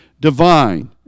divine